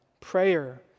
Prayer